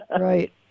Right